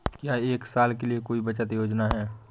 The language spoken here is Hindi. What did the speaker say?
क्या एक साल के लिए कोई बचत योजना है?